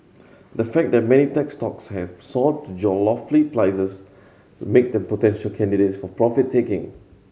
the fact that many tech stocks have soared to lofty prices make them potential candidates for profit taking